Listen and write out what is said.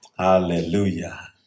Hallelujah